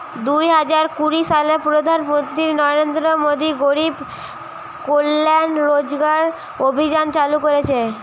দুই হাজার কুড়ি সালে প্রধান মন্ত্রী নরেন্দ্র মোদী গরিব কল্যাণ রোজগার অভিযান চালু করিছে